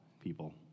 people